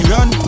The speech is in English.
Run